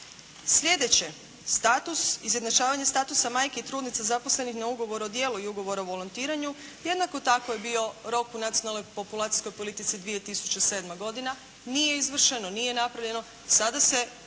Sljedeće. Status izjednačavanja statusa majke i trudnica zaposlenih na ugovor o djelu i ugovor o volontiranju jednako tako je bio rok u Nacionalnoj populacijskoj politici 2007. godina. Nije izvršeno, nije napravljeno. Sada se